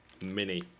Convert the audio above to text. mini